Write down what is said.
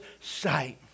sight